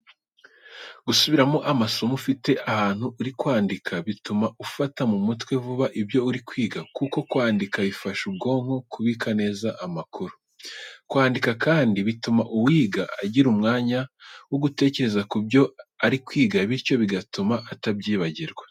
Gusubiramo amasomo ufite ahantu uri kwandika, bituma ufata mu mutwe vuba ibyo uri kwiga, kuko kwandika bifasha ubwonko kubika neza amakuru. Kwandika kandi bituma uwiga agira umwanya wo gutekereza ku byo ari kwiga, bityo bigatuma atabyibagirwa vuba.